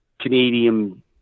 Canadian